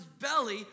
belly